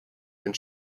been